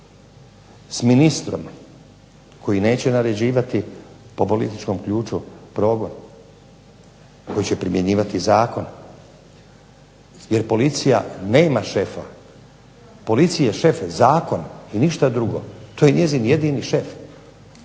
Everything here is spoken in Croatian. s ministrom koji neće naređivati po političkom ključu progon, koji će primjenjivati zakon jer policija nema šefa, policiji je šef zakon i ništa drugo, to je njezin jedini šef,